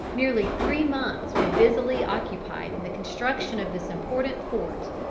nearly three months were busily occupied in the construction of this important fort.